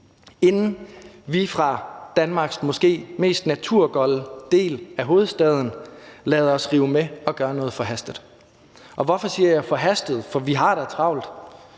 inden vi fra Danmarks måske mest naturgolde del, hovedstaden, lader os rive med og gør noget forhastet. Og hvorfor siger jeg forhastet? For vi har da travlt.